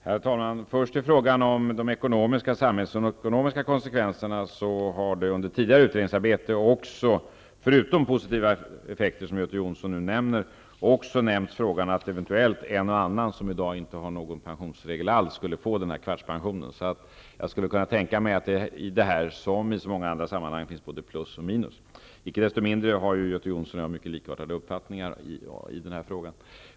Herr talman! Först till frågan om de ekonomiska och samhällsekonomiska konsekvenserna. Det har under tidigare utredningsarbete, förutom de positiva effekter som Göte Jonsson nu talar om, också nämnts att en och annan som i dag eventuellt inte berörs av någon pensionsregel alls skulle få möjlighet till dennna kvartspension. Jag skulle kunna tänka mig att det i detta sammanhang som i så många andra finns både plus och minus. Icke desto mindre har Göte Jonsson och jag mycket likartade uppfattningar i den här frågan.